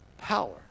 power